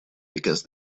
because